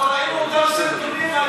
אנחנו ראינו אותם סרטונים,